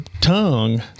tongue